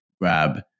grab